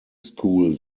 school